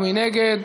מי נגד?